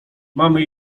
mamy